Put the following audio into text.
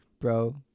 bro